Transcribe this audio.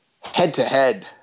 head-to-head